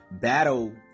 battle